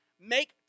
Make